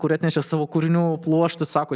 kuri atnešė savo kūrinių pluoštą sako